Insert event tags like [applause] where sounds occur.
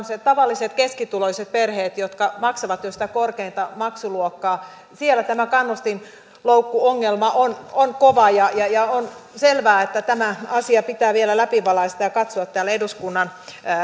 [unintelligible] se että tavallisilla keskituloisilla perheillä jotka maksavat jo sitä korkeinta maksuluokkaa tämä kannustinloukkuongelma on on kova ja ja on selvää että tämä asia pitää vielä läpivalaista ja katsoa täällä eduskunnan